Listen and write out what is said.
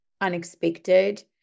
unexpected